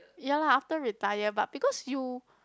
ya lah after retire but because you